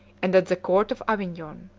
and at the court of avignon.